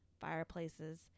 fireplaces